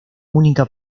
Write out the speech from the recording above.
única